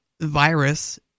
virus